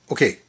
Okay